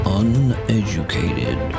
uneducated